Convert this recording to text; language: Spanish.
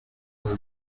las